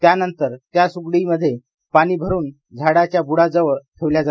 त्यानंतर त्या सुगडी मध्ये पाणी भरून झाडाच्या ब्र्डा जवळ ठेवल्या जाते